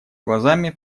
глазами